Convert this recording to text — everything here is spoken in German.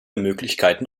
möglichkeiten